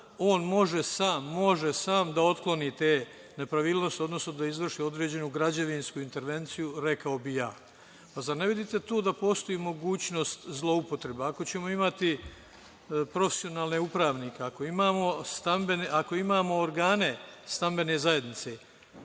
on može sam da otkloni te nepravilnosti, odnosno da izvrši određenu građevinsku intervenciju, rekao bih ja. Pa zar ne vidite tu da postoji mogućnost zloupotreba? Ako ćemo imati profesionalnog upravnika, ako imamo organe stambene zajednice,